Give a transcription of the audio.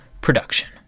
production